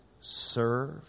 serve